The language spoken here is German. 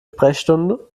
sprechstunde